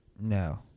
No